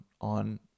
on